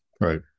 right